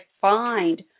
find